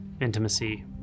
intimacy